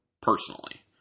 personally